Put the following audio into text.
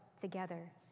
together